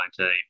2019